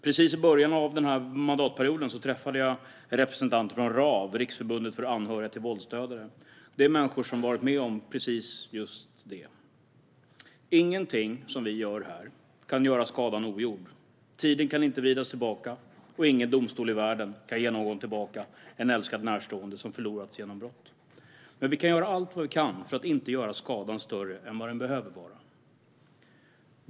Precis i början av denna mandatperiod träffade jag representanter för RAV, Riksorganisationen för anhöriga till våldsdödade. Det är människor som varit med om precis just detta. Ingenting som vi gör här kan göra skadan ogjord. Tiden kan inte vridas tillbaka, och ingen domstol i världen kan ge någon tillbaka en älskad närstående som förlorats genom brott. Men vi kan göra allt vi kan för att inte göra skadan större än den behöver vara.